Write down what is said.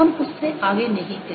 हम उससे आगे नहीं गए